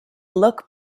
look